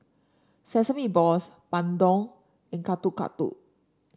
Sesame Balls bandung and Getuk Getuk